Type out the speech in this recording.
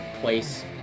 place